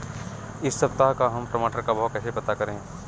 इस सप्ताह का हम टमाटर का भाव कैसे पता करें?